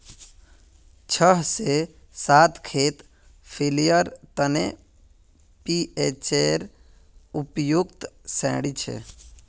छह से सात खेत फलियार तने पीएचेर उपयुक्त श्रेणी छे